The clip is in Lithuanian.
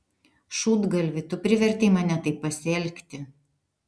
šūdgalvi tu privertei mane taip pasielgti